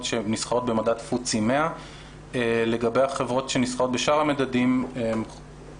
שנסחרות במדד פוטסי 100. לגבי החברות שנסחרות בשאר המדדים מצאו